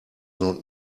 not